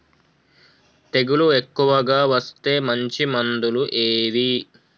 తెగులు ఎక్కువగా వస్తే మంచి మందులు ఏవి?